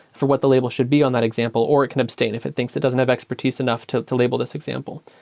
for what the label should be on that example or it can abstain if it thinks it doesn't have expertise enough to to label this example.